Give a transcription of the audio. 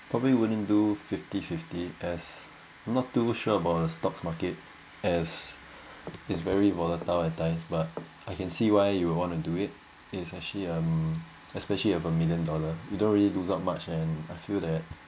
probably wouldn't do fifty fifty as not too sure about the stocks market as is very volatile at times but I can see why you want to do it it's actually um especially have a million dollar you don't really lose up much and I feel that